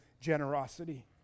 generosity